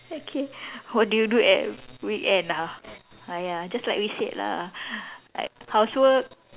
okay what do you do at weekend ah !aiya! just like we said lah like housework